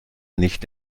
nicht